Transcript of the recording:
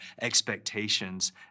expectations